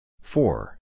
Four